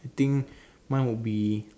I think mine would be